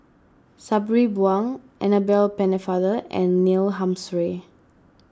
Sabri Buang Annabel Pennefather and Neil Humphreys